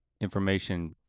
information